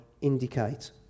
indicate